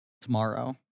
tomorrow